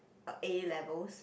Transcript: A-levels